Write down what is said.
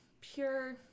pure